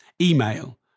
email